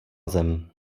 zem